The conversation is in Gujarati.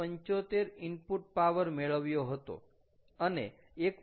75 ઇનપુટ પાવર મેળવ્યો હતો અને 1